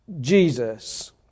Jesus